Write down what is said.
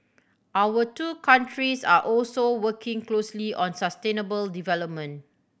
our two countries are also working closely on sustainable development